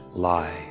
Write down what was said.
lie